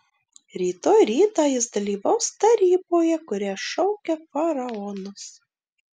rytoj rytą jis dalyvaus taryboje kurią šaukia faraonas